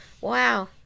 Wow